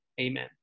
Amen